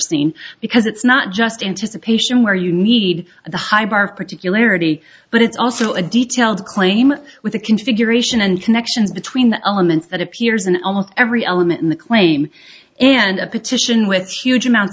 seen because it's not just anticipation where you need a high bar of particularities but it's also a detailed claim with a configuration and connections between the elements that appears in almost every element in the claim and a petition with huge amounts